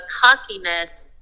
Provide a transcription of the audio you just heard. cockiness